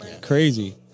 crazy